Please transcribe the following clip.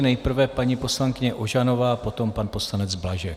Nejprve paní poslankyně Ožanová a potom pan poslanec Blažek.